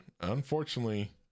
unfortunately